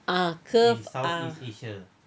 ah curve ah